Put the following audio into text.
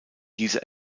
diese